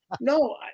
No